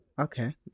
Okay